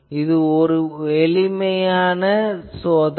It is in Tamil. இது ஒரு எளிமையான சோதனை